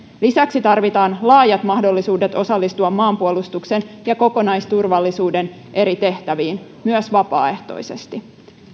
lisäksi tarvitaan laajat mahdollisuudet osallistua maanpuolustuksen ja kokonaisturvallisuuden eri tehtäviin myös vapaaehtoisesti